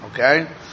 okay